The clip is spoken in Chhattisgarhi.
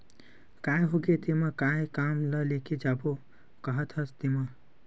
काय होगे तेमा काय काम ल लेके जाबो काहत हस तेंमा?